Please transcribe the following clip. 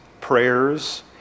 prayers